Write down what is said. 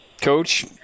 Coach